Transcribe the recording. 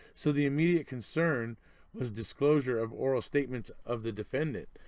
so the immediate concern was disclosure of oral statements of the defendant,